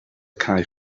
cae